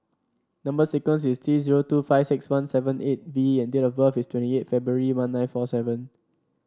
number sequence is T zero two five six one seven eight V and date of birth is twenty eight February one nine four seven